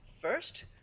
first